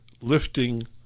lifting